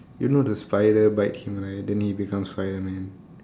you know the spider bite him right then he become Spiderman